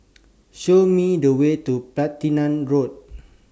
Show Me The Way to Platina Road